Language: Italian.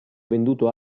venduto